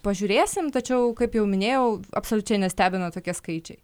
pažiūrėsim tačiau kaip jau minėjau absoliučiai nestebina tokie skaičiai